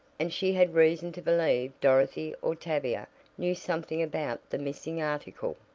and she had reason to believe dorothy or tavia knew something about the missing article.